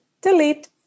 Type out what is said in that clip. delete